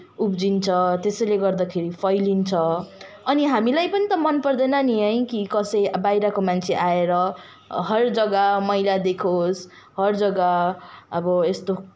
उब्जिन्छ त्यसैले गर्दाखेरि फैलिन्छ अनि हामीलाई पनि त मनपर्दैन नि है कसै बाहिरको मान्छे आएर हर जग्गा मैला देखोस् हर जग्गा अब यस्तो